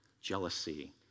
Jealousy